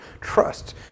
trust